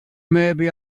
maybe